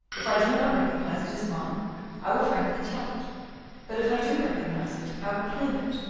if i do not recognise it as mine i will frankly tell it but if i do recognise it i will reclaim it,